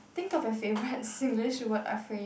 think of your favourite Singlish word a phrase